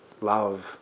love